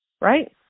Right